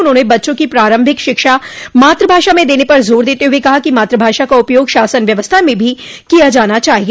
उन्होंने बच्चों की प्रारंभिक शिक्षा मातृभाषा में देने पर जोर देते हुए कहा कि मातृभाषा का उपयोग शासन व्यवस्था में भी किया जाना चाहिए